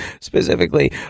Specifically